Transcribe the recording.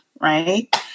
Right